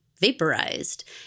vaporized